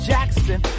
Jackson